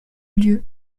lieu